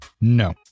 No